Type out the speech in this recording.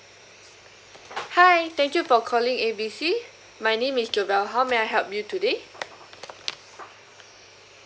hi thank you for calling A B C my name is jobelle how may I help you today